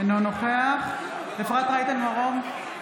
אינו נוכח אפרת רייטן מרום,